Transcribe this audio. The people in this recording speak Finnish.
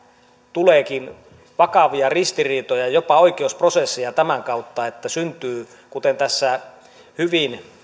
tuleekin vakavia ristiriitoja jopa oikeusprosesseja tämän kautta syntyy kuten tässä hyvin